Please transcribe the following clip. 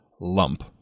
lump